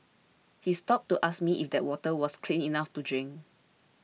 he stopped to ask me if that water was clean enough to drink